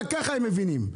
רק ככה הם מבינים.